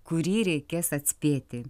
kurį reikės atspėti